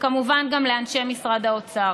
וכמובן גם לאנשי משרד האוצר,